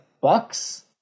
Bucks